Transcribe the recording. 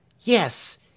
Yes